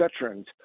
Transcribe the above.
veterans